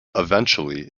eventually